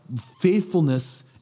faithfulness